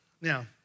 Now